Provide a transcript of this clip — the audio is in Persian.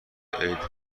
عید